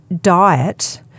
diet